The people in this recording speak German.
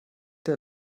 der